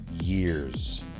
years